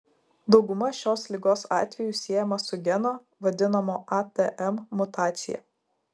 dauguma šios ligos atvejų siejama su geno vadinamo atm mutacija